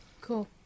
Cool